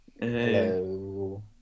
hello